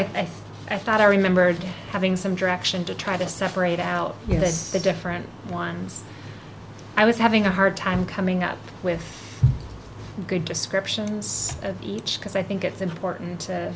think i thought i remembered having some direction to try to separate out the different ones i was having a hard time coming up with good descriptions of each because i think it's important to